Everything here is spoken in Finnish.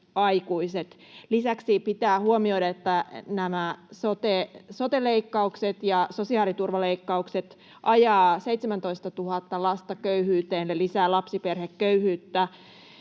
Lisäksi pitää huomioida, että sote-leikkaukset ja sosiaaliturvaleikkaukset ajavat 17 000 lasta köyhyyteen ja lisäävät lapsiperheköyhyyttä,